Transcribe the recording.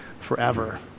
forever